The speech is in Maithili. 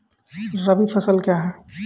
रबी फसल क्या हैं?